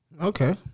Okay